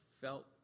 felt